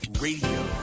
Radio